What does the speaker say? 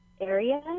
area